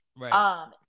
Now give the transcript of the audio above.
Right